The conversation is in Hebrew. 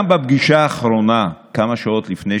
גם בפגישה האחרונה, כמה שעות לפני